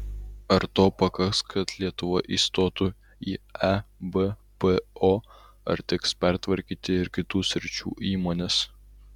ar to pakaks kad lietuva įstotų į ebpo ar teks pertvarkyti ir kitų sričių įmones